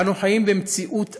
אנו חיים במציאות אבסורדית: